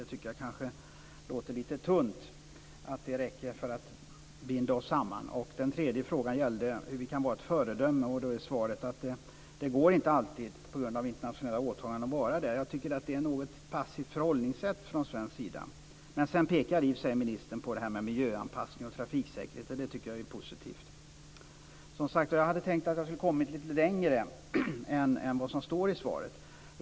Jag tycker kanske att det låter lite tunt att det räcker för att binda oss samman. Den tredje frågan gällde hur vi kan vara ett föredöme. Där är svaret att det inte alltid går att vara det på grund av internationella åtaganden. Jag tycker att det är ett något passivt förhållningssätt. Sedan pekar i och för sig ministern på miljöanpassning och trafiksäkerhet, och det tycker jag är positivt. Jag hade tänkt att jag skulle ha kommit lite längre än vad som står i svaret.